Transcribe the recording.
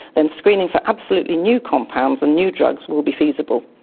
then screening for absolutely new compounds and new drugs will be feasible.